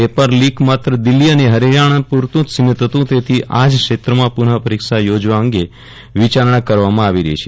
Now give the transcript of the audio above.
paper leak માંગ દિલ્ફી અને ફરિથાણા પુરતું જ સીમિત ફતું તેથી આજ ક્ષેત્રોમાં પુનપરીક્ષા યોજવા અંગે વિચારના કરવામાં આવી રફી છે